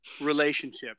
relationship